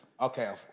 Okay